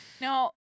Now